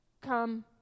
Come